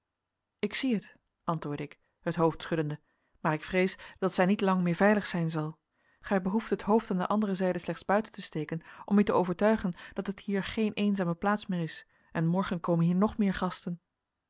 ik zie het antwoordde ik het hoofd schuddende maar ik vrees dat zij niet lang meer veilig zijn zal gij behoeft het hoofd aan de andere zijde slechts buiten te steken om u te overtuigen dat het hier geen eenzame plaats meer is en morgen komen hier nog meer gasten